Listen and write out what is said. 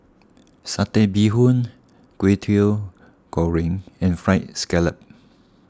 Satay Bee Hoon Kwetiau Goreng and Fried Scallop